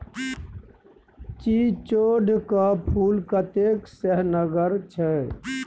चिचोढ़ क फूल कतेक सेहनगर छै